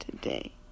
today